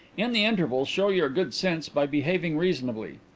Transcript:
in the interval show your good sense by behaving reasonably.